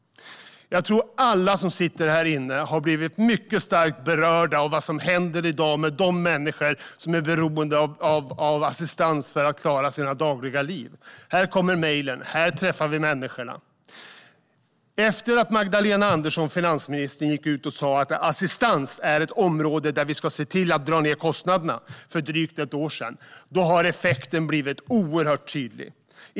Jag tror att alla som sitter här inne har blivit mycket starkt berörda av vad som händer i dag med de människor som är beroende av assistans för att klara sitt dagliga liv. Hit kommer mejlen, och här träffar vi människorna. Efter att finansminister Magdalena Andersson gick ut för drygt ett år sedan och sa att assistans är ett område där vi ska se till att dra ned kostnaderna har effekten blivit oerhört tydlig.